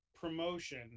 promotion